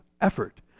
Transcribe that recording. effort